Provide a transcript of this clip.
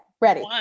ready